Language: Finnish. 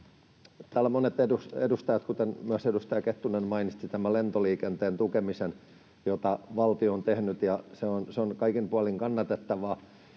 Täällä monet edustajat, kuten myös edustaja Kettunen, mainitsivat tämän lentoliikenteen tukemisen, jota valtio on tehnyt, ja se on kaikin puolin kannatettavaa.